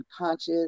unconscious